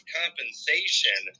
compensation